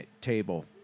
table